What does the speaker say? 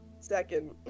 second